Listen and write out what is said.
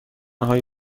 های